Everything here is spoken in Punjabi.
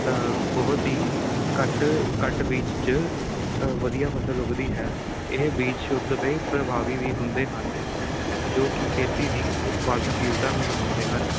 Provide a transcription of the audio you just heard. ਬਹੁਤ ਹੀ ਘੱਟ ਘੱਟ ਬੀਜ 'ਚ ਵਧੀਆ ਫਸਲ ਉੱਗਦੀ ਹੈ ਇਹ ਬੀਜ ਸ਼ੁੱਧ ਅਤੇ ਪ੍ਰਭਾਵੀ ਵੀ ਹੁੰਦੇ ਹਨ ਜੋ ਕਿ ਖੇਤੀ ਦੀ ਉਤਪਾਦਨਸ਼ੀਲਤਾ ਨੂੰ ਵਧਾਉਂਦੇ ਹਨ